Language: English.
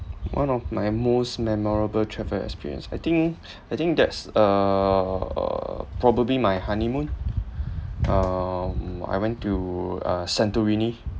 one of my most memorable travel experience I think I think that's uh uh probably my honeymoon um I went to uh santorini